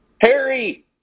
Harry